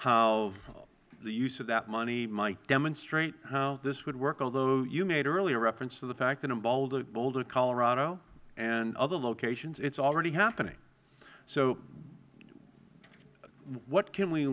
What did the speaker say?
how the use of that money might demonstrate how this would work although you made earlier reference to the fact that in boulder colorado and other locations it is already happening what can we